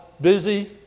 busy